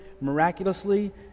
miraculously